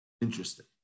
interesting